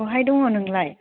बहाय दङ नोंलाय